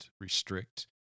restrict